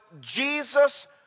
Jesus